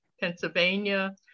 Pennsylvania